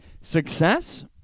Success